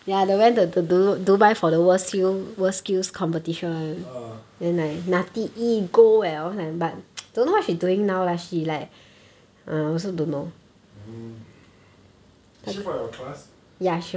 ah oh is she from your class